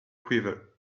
quiver